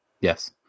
Yes